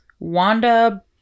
wanda